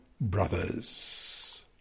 brothers